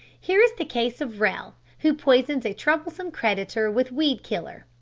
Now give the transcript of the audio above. here is the case of rell, who poisons a troublesome creditor with weed-killer.